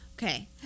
Okay